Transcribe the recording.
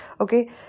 Okay